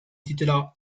titolo